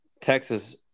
Texas